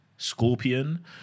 Scorpion